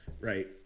right